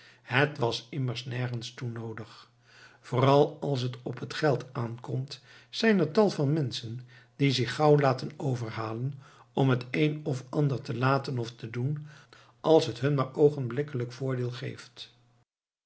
het was immers nergens toe noodig vooral als het op het geld aankomt zijn er tal van menschen die zich gauw laten overhalen om het een of ander te laten of te doen als het hun maar oogenblikkelijk voordeel geeft